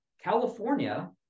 California